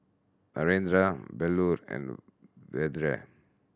Narendra Bellur and Vedre